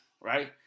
right